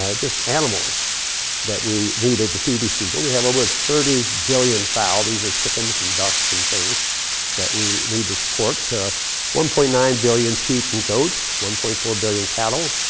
ah just animals that we needed to feed these people. we have over thirty billion fowl. these are chickens and ducks and things that we need to support. one point nine billion sheep and goats, one point four billion cattle,